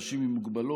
אנשים עם מוגבלויות,